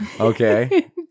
Okay